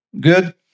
good